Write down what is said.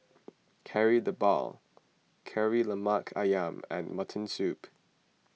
Kari Debal Kari Lemak Ayam and Mutton Soup